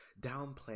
downplay